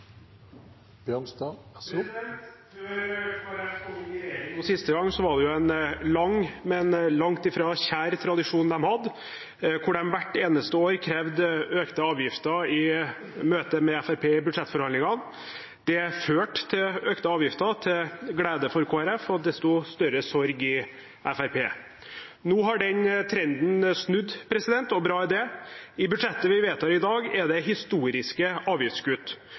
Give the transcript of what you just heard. en lang, men langt ifra kjær tradisjon hvor de hvert eneste år krevde økte avgifter i møte med Fremskrittspartiet i budsjettforhandlingene. Det førte til økte avgifter til glede for Kristelig Folkeparti og til desto større sorg i Fremskrittspartiet. Nå har den trenden snudd – og bra er det. I budsjettet vi vedtar i dag, er det historiske avgiftskutt.